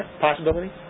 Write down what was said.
possibility